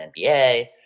NBA